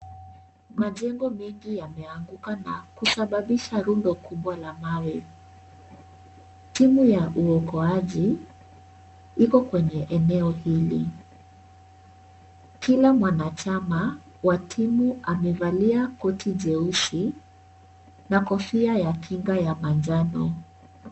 Majengo mingi yameanguka na kusababisha rundo kubwa ya mawe timu ya uokoaji iko kwenye eneo hili. Kila mwanachana wa timu amevalia koti jeusi na kofia ya kinga ya manjano.